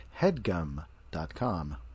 headgum.com